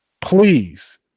Please